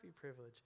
privilege